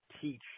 teach